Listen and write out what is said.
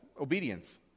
obedience